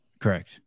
Correct